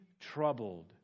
troubled